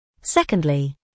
Secondly